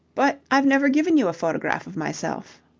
but i've never given you a photograph of myself.